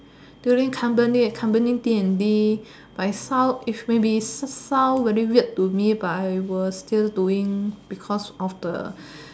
during company and company D and D but it sound it maybe sound very weird to me but I will still doing because of the